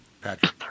Patrick